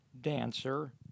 dancer